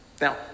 Now